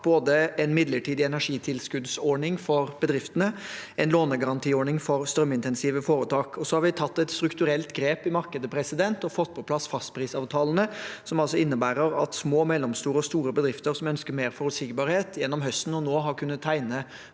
både en midlertidig energitilskuddsordning for bedriftene og en lånegarantiordning for strømintensive foretak, og vi har tatt et strukturelt grep i markedet og fått på plass fastprisavtalene som innebærer at små, mellomstore og store bedrifter som ønsker mer forutsigbarhet gjennom høsten og nå, har kunnet tegne